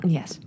Yes